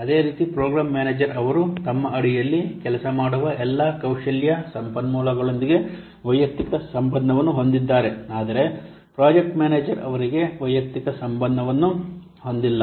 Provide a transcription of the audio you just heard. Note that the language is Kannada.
ಅದೇ ರೀತಿ ಪ್ರೋಗ್ರಾಂ ಮ್ಯಾನೇಜರ್ ಅವರು ತಮ್ಮ ಅಡಿಯಲ್ಲಿ ಕೆಲಸ ಮಾಡುವ ಎಲ್ಲಾ ಕೌಶಲ್ಯ ಸಂಪನ್ಮೂಲಗಳೊಂದಿಗೆ ವೈಯಕ್ತಿಕ ಸಂಬಂಧವನ್ನು ಹೊಂದಿದ್ದಾರೆ ಆದರೆ ಪ್ರಾಜೆಕ್ಟ್ ಮ್ಯಾನೇಜರ್ ಅವರಿಗೆ ವೈಯಕ್ತಿಕ ಸಂಬಂಧವನ್ನು ಹೊಂದಿಲ್ಲ